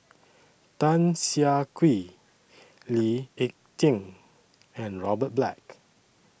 Tan Siah Kwee Lee Ek Tieng and Robert Black